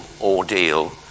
ordeal